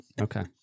Okay